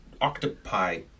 octopi